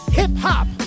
hip-hop